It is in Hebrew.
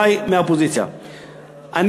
חברי מהאופוזיציה,